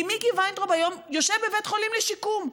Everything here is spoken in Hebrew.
כי מיקי וינטראוב היום יושב בבית חולים לשיקום.